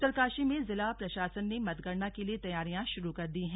उत्तरकाशी में भी जिला प्रशासन ने मतगणना के लिए तैयारियां शुरू कर दी है